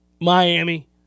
Miami